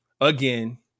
Again